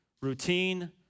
routine